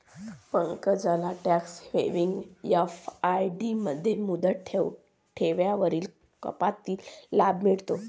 पंकजला tax saving FD मध्ये मुदत ठेवींवरील कपातीचा लाभ मिळतो